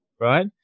right